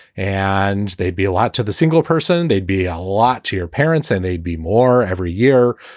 and they'd be a lot to the single person. they'd be a lot to your parents and they'd be more every year.